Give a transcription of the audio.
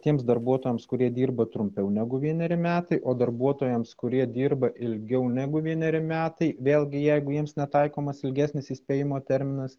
tiems darbuotojams kurie dirba trumpiau negu vieneri metai o darbuotojams kurie dirba ilgiau negu vieneri metai vėlgi jeigu jiems netaikomas ilgesnis įspėjimo terminas